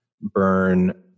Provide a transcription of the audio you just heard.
burn